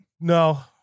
No